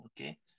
okay